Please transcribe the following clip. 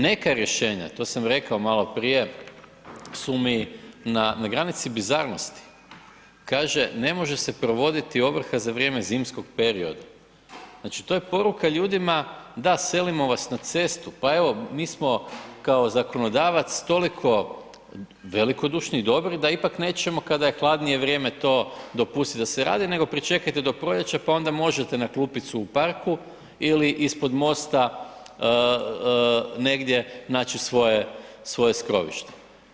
Neka rješenja, to sam rekao maloprije su mi na granici bizarnosti, kaže ne može se provoditi ovrha za vrijeme zimskog perioda, znači to je poruka ljudima da selimo vas na cestu, pa evo mi smo kao zakonodavac toliko velikodušni i dobri da ipak nećemo kada je hladnije vrijeme to dopustit da se radi, nego pričekajte do proljeća, pa onda možete na klupicu u parku ili ispod mosta negdje naći svoje skrovište.